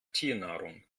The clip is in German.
tiernahrung